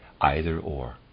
either-or